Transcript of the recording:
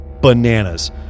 bananas